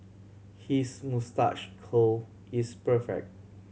his moustache curl is perfect